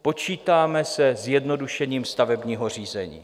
Počítáme se zjednodušením stavebního řízení.